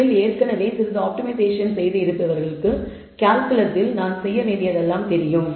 உங்களில் ஏற்கனவே சிறிது ஆப்டிமைசேஷன் செய்து இருப்பவர்களுக்கு கால்குலஸில் நான் செய்ய வேண்டியதெல்லாம் தெரியும்